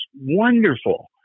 wonderful